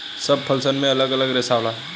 सब फल सन मे अलग अलग रेसा होला